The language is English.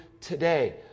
today